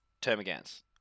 Termagants